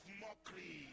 mockery